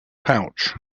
pouch